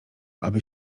aby